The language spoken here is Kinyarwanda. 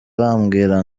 bambwira